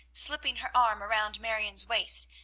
slipping her arm around marion's waist,